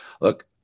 look